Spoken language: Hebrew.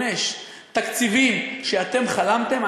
קשה לך לקבל שמדינת ישראל עשתה הכול כדי לממש תקציבים שאתם חלמתם,